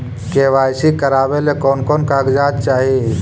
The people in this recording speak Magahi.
के.वाई.सी करावे ले कोन कोन कागजात चाही?